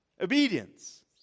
Obedience